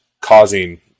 causing